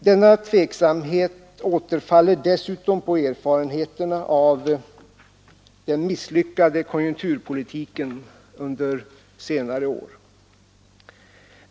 Denna tveksamhet återfaller dessutom på erfarenheterna av den misslyckade konjunkturpolitiken under senare år.